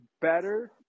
better